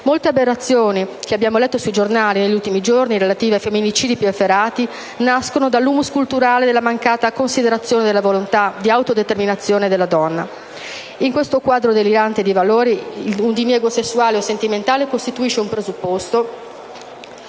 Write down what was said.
Molte aberrazioni che abbiamo letto sui giornali negli ultimi giorni, relative ai femminicidi più efferati, nascono dall'*humus* culturale della mancata considerazione della volontà di autodeterminazione della donna. In questo quadro delirante di valori, un diniego sessuale o sentimentale costituisce il presupposto